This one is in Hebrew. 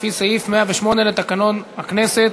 לפי סעיף 108 לתקנון הכנסת.